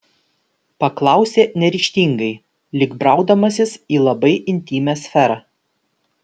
paklausė neryžtingai lyg braudamasis į labai intymią sferą